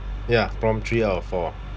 ya prompt three of four